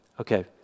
Okay